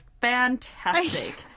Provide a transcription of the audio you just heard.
fantastic